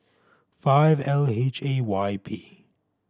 five L H A Y P